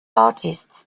artists